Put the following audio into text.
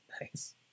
Nice